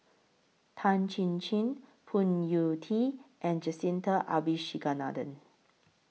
Tan Chin Chin Phoon Yew Tien and Jacintha Abisheganaden